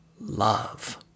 Love